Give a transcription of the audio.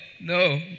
No